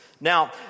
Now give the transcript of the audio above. Now